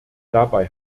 dabei